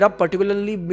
particularly